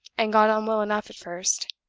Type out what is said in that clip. and got on well enough at first.